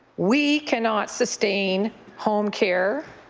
we can not sustain home care